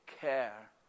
care